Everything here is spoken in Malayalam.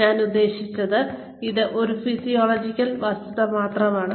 ഞാൻ ഉദ്ദേശിച്ചത് ഇത് ഒരു ഫിസിയോളജിക്കൽ വസ്തുത മാത്രമാണ്